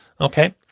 Okay